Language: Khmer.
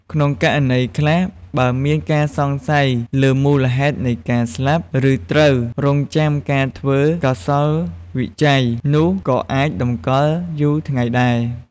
ក្នុងករណីខ្លះ បើមានការសង្ស័យលើមូលហេតុនៃការស្លាប់ ឬត្រូវរង់ចាំការធ្វើកោសល្យវិច័យ នោះក៏អាចតម្កល់យូរថ្ងៃដែរ។